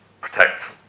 protect